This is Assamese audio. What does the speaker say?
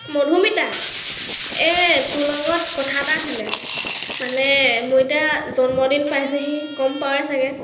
মধুমিতা এহ্ তোৰ লগত কথা এটা আছিলে মানে মোৰ এতিয়া জন্মদিন পাইছেহি গম পাৱেই চাগে